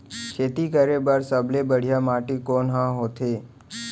खेती करे बर सबले बढ़िया माटी कोन हा होथे?